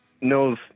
knows